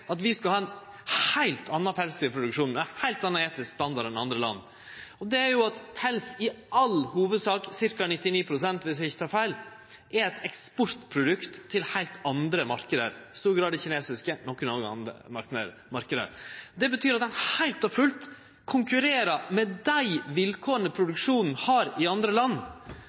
at vi skal ha ein heilt annan pelsdyrproduksjon med ein heilt annan etisk standard enn andre land, er at pels i all hovudsak – ca. 99 pst., viss eg ikkje tek feil – er eit eksportprodukt til heilt andre marknader, i stor grad det kinesiske, men òg nokre andre marknader. Det betyr at ein heilt og fullt konkurrerer med dei vilkåra produksjonen har i andre land.